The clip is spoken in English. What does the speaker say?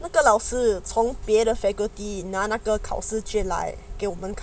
那个老师从别的 faculty 拿拿个考试进来给我们看